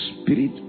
Spirit